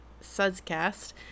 Sudscast